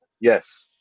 Yes